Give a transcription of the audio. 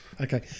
Okay